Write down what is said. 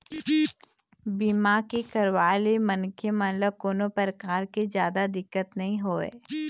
बीमा के करवाय ले मनखे मन ल कोनो परकार के जादा दिक्कत नइ होवय